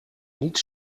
niet